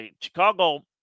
Chicago